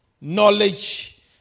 knowledge